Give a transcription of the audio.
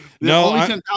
No